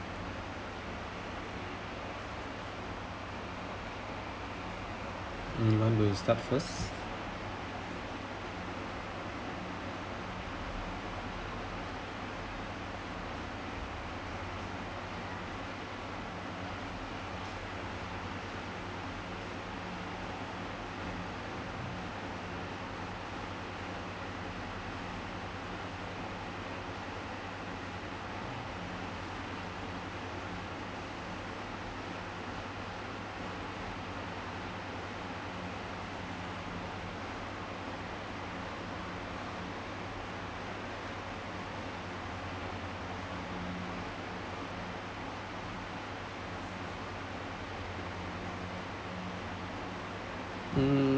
you want to start first mm